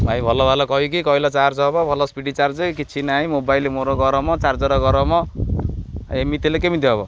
ଭାଇ ଭଲ ଭଲ କହିକି କହିଲେ ଚାର୍ଜ ହବ ଭଲ ସ୍ପିଡ଼ ଚାର୍ଜ କିଛି ନାହିଁ ମୋବାଇଲ ମୋର ଗରମ ଚାର୍ଜର ଗରମ ଏମିତି ହେଲେ କେମିତି ହବ